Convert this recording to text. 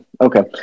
Okay